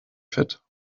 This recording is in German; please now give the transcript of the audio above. fit